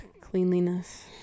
Cleanliness